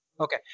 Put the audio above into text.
Okay